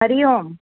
Hari Om